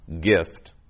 gift